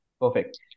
perfect